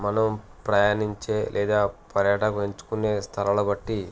మనం ప్రయాణించే లేదా పర్యటకులు ఎంచుకునే స్థలాలు బట్టి